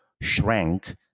shrank